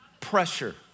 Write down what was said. Pressure